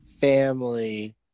family